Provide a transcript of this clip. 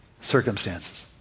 circumstances